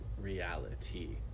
reality